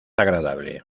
agradable